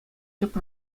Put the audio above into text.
тӗп